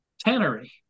tannery